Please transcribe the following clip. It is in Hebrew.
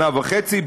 שנה וחצי.